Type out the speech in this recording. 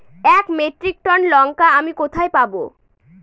এক metric ton লঙ্কা আমি কোথায় পাবো?